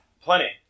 Plenty